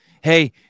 Hey